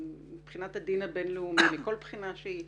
מבחינת הדין הבין-לאומי, מכל בחינה שהיא,